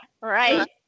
Right